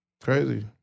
Crazy